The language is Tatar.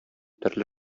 төрле